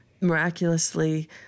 Miraculously